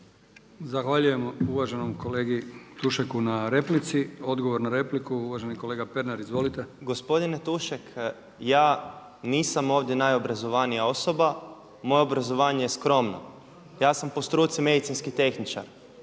Zahvaljujem uvaženom kolegi Tušeku na replici. Odgovor na repliku, uvaženi kolega Pernar. Izvolite. **Pernar, Ivan (Abeceda)** Gospodine Tušek ja nisam ovdje najobrazovanija osoba, moje obrazovanje je skromno, ja sam po struci medicinski tehničar.